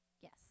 Yes